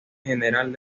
general